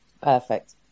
Perfect